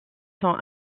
sont